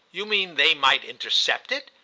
you mean they might intercept it?